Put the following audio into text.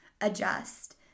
adjust